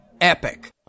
epic